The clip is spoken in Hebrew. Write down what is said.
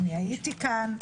אני הייתי כאן.